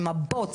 עם הבוץ,